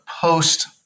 post